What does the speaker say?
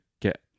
get